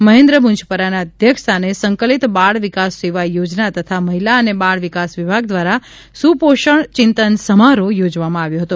મહેન્દ્ર મુંજપરાના અધ્યક્ષસ્થાને સંકલિત બાળ વિકાસ સેવા યોજના તથા મહિલા અને બાળ વિકાસ વિભાગ દ્વારા સુપોષણ ચિંતન સમારોહ યોજવામાં આવ્યો હતો